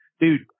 Dude